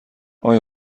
اقای